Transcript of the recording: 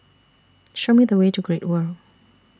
Show Me The Way to Great World